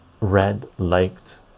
read-liked